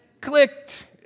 clicked